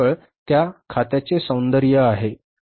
हे केवळ या खात्यामुळे शक्य आहे